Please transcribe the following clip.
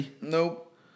Nope